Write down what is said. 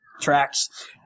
tracks